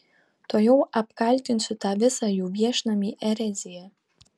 tuojau apkaltinsiu tą visą jų viešnamį erezija